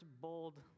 bold